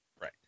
Right